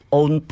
own